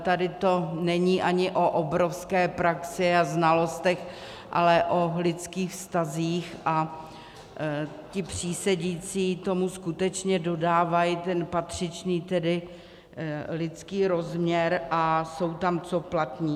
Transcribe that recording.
Tady to není ani o obrovské praxi a znalostech, ale o lidských vztazích, a přísedící tomu skutečně dodávají patřičný lidský rozměr a jsou tam co platní.